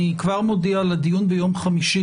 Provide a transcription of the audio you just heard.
אני כבר מודיע לדיון ביום חמישי